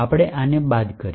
આપણે આને બાદ કરીએ